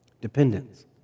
dependence